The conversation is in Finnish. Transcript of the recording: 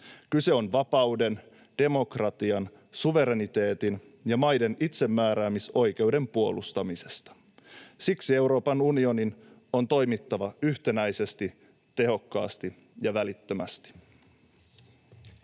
Kyse on vapauden, demokratian, suvereniteetin ja maiden itsemääräämisoikeuden puolustamisesta. Siksi Euroopan unionin on toimittava yhtenäisesti, tehokkaasti ja välittömästi.